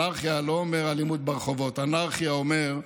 אנרכיה לא אומרת אלימות ברחובות, אנרכיה אומרת